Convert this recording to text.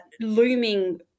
looming